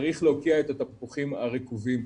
צריך להוקיע את התפוחים הרקובים,